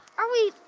are we?